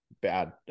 bad